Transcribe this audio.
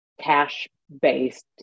cash-based